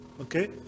Okay